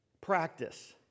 practice